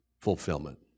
fulfillment